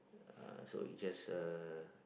uh so it just a